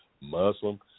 Muslim